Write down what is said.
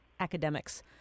academics